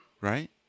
Right